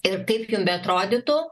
ir kaip jum beatrodytų